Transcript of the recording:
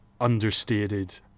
understated